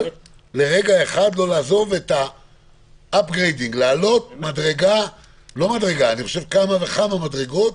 אבל לרגע אחד לא לעזוב את השדרוג ולעלות כמה וכמה מדרגות.